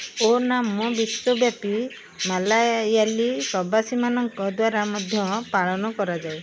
ଓନମ୍ ବିଶ୍ୱବ୍ୟାପୀ ମାଲାୟାଲି ପ୍ରବାସୀମାନଙ୍କ ଦ୍ୱାରା ମଧ୍ୟ ପାଳନ କରାଯାଏ